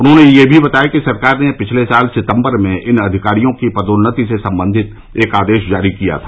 उन्होंने यह भी बताया कि सरकार ने पिछले साल सितंबर में इन अधिकारियों की पदोन्नति से संबंधित एक आदेश जारी किया था